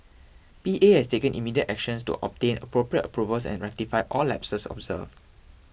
P A has taken immediate actions to obtain appropriate approvals and rectify all lapses observed